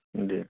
جی